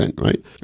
right